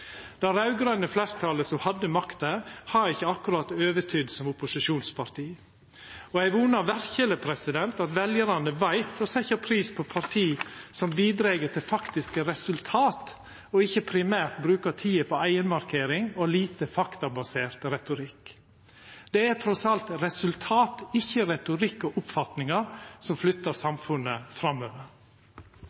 Det raud-grøne fleirtalet som hadde makta, har ikkje akkurat overtydd som opposisjonsparti. Eg vonar verkeleg at veljarane veit å setja pris på parti som bidreg til faktiske resultat, ikkje primært brukar tida på eigenmarkering og lite faktabasert retorikk. Det er trass alt resultat, ikkje retorikk og oppfatningar, som flytter samfunnet framover.